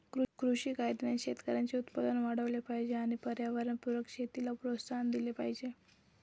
कृषी कायद्याने शेतकऱ्यांचे उत्पन्न वाढले पाहिजे आणि पर्यावरणपूरक शेतीला प्रोत्साहन दिले पाहिजे